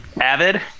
Avid